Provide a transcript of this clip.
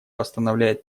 постановляет